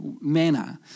manner